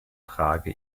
trage